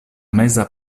meza